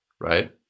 right